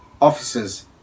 officers